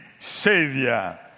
Savior